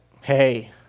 hey